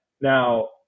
Now